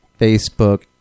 Facebook